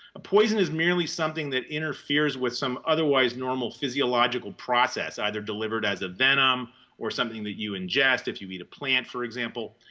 a poison is merely something that interferes with some otherwise normal physiological process, either delivered as a venom or something that you ingest if you eat a plant, for example.